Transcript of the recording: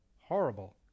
Horrible